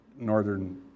northern